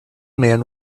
man